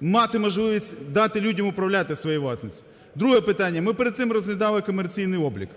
мати можливість дати людям управляти своєю власністю. Друге питання. Ми перед цим розглядали комерційний облік.